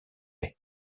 laye